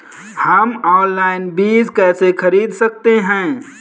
हम ऑनलाइन बीज कैसे खरीद सकते हैं?